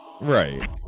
right